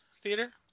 theater